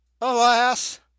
Alas